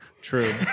True